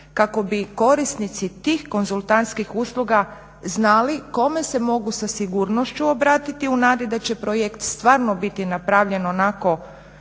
kako bi korisnici tih konzultantskih usluga znali kome se mogu sa sigurnošću obratiti u nadi da će projekt stvarno biti napravljen onako